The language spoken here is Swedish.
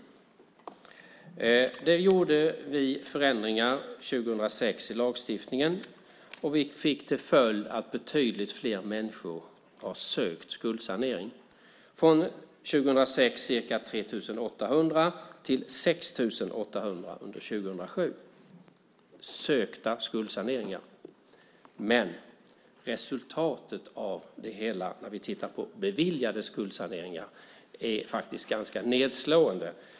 Vi gjorde 2006 förändringar i lagstiftningen, vilket fick till följd att betydligt fler människor har sökt skuldsanering. År 2006 var det ca 3 800. År 2007 hade vi 6 800 sökta skuldsaneringar. Men resultatet av det hela, när vi tittar på beviljade skuldsaneringar, är faktiskt ganska nedslående.